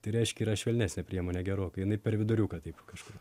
tai reiškia yra švelnesnė priemonė gerokai jinai per viduriuką taip kažkur